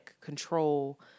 control